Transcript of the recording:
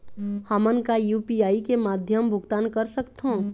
हमन का यू.पी.आई के माध्यम भुगतान कर सकथों?